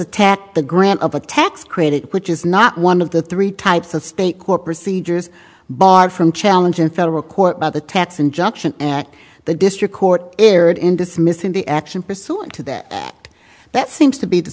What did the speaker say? attacked the grant of a tax credit which is not one of the three types of state court procedures barred from challenge in federal court by the tax injunction act the district court erred in dismissing the action pursuant to that that seems to be